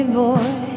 boy